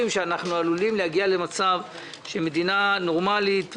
שאנו עלולים להגיע למצב שמדינה נורמלית,